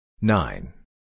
Nine